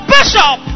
Bishop